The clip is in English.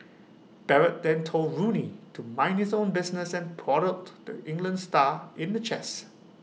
Barrett then told Rooney to mind his own business and prodded the England star in the chest